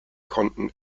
konnten